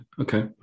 Okay